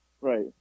right